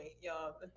y'all